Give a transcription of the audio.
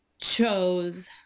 chose